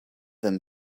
them